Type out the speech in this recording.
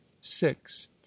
six